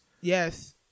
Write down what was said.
Yes